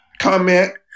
comment